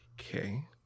Okay